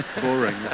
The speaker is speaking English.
boring